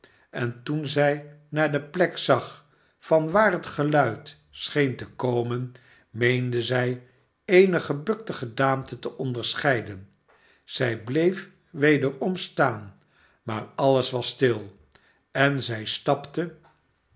en toen zij naar de plek zag van waar het geluid scheen te komen meende zij eene gebukte gedaante te onderscheiden zij bleef wederom slaan maar alles was stil en zij stapte